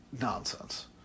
nonsense